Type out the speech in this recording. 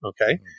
okay